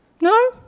No